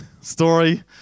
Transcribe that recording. story